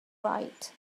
right